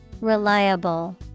Reliable